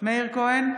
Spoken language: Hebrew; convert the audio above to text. מאיר כהן,